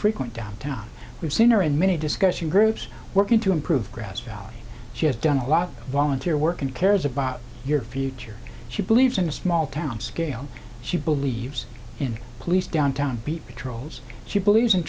frequent downtown we've seen her in many discussion groups working to improve grass valley she has done a lot of volunteer work and cares about your future she believes in the small town scale she believes in police downtown beat patrols she believes in